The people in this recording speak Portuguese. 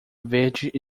verde